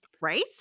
right